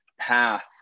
path